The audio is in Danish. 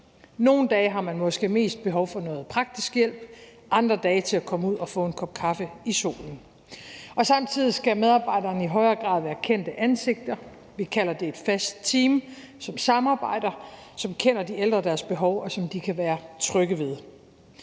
Nogle dage har man måske mest behov for noget praktisk hjælp, andre dage til at komme ud og få en kop kaffe i solen. Samtidig skal medarbejderne i højere grad være kendte ansigter. Vi kalder det et fast team, som samarbejder, som kender de ældre og deres behov, og som de kan være trygge ved.